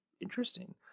Interesting